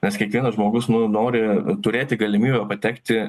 nes kiekvienas žmogus nu nori turėti galimybę patekti